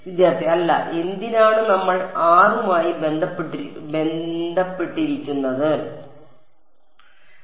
വിദ്യാർത്ഥി അല്ല എന്തിനാണ് നമ്മൾ r മായി ബന്ധപ്പെട്ടിരിക്കുന്നത് സമയം കാണുക 1618